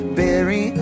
bury